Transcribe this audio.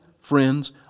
friends